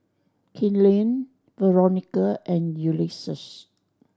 Keenen Veronica and Ulysses